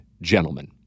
gentlemen